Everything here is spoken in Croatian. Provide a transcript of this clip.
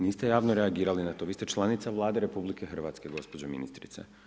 Niste javno reagirali na to, vi ste članica Vlade RH gospođo ministrice.